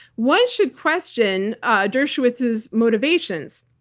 one should question ah dershowitz's motivations.